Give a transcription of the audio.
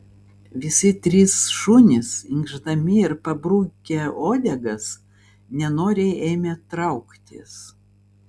visi trys šunys inkšdami ir pabrukę uodegas nenoriai ėmė trauktis